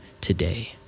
today